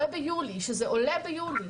ביולי, שזה יעלה ביולי.